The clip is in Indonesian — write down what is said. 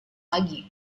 lagi